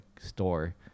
store